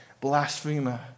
blasphemer